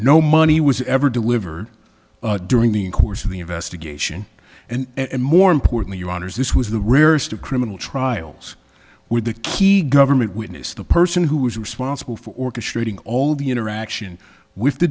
no money was ever delivered during the course of the investigation and more importantly your honour's this was the rarest of criminal trials with a key government witness the person who was responsible for orchestrating all the interaction with the